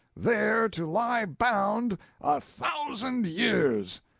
there to lie bound a thousand years.